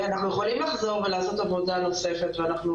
אנחנו יכולים לחזור ולעשות עבודה נוספת ואנחנו